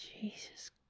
Jesus